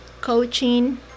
coaching